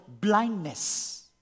blindness